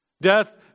Death